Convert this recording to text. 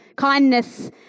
Kindness